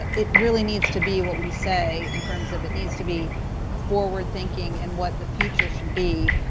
it it really needs to be what we say, in terms of it needs to be forward. thinking and what the future should be.